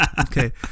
Okay